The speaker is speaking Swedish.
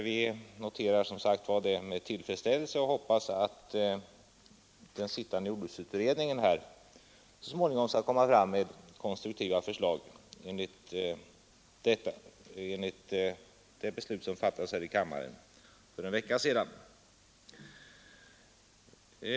Vi noterar som sagt detta med tillfredsställelse och hoppas att den sittande jordbruksutredningen så småningom skall lägga fram konstruktiva förslag i enlighet med de beslut som fattades här i riksdagen för en vecka sedan.